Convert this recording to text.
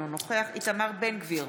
אינו נוכח איתמר בן גביר,